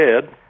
head